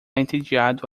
entediado